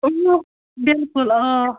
بِلکُل آ